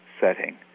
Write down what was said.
setting